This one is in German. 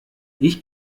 ich